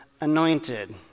anointed